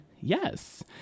yes